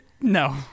No